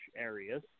areas